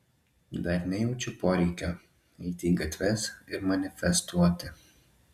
dar nejaučiu poreikio eiti į gatves ir manifestuoti